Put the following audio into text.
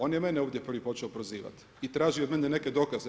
On je mene ovdje prvi počeo prozivati i traži od mene neke dokaze.